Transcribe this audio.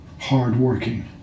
hardworking